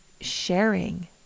sharing